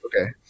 Okay